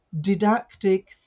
didactic